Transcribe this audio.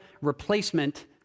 replacement